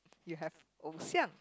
you have 偶像：ou xiang